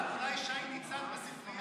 אולי שי ניצן בספרייה הלאומית יכתוב ספר.